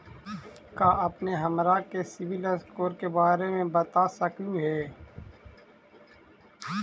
का अपने हमरा के सिबिल स्कोर के बारे मे बता सकली हे?